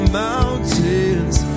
mountains